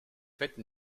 faites